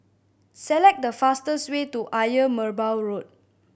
select the fastest way to Ayer Merbau Road